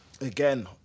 Again